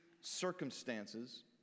circumstances